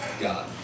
God